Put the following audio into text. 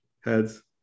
Heads